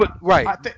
right